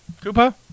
Koopa